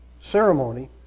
ceremony